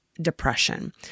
depression